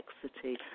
complexity